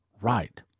right